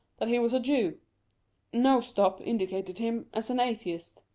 that he was a jew no stop indicated him as an atheist.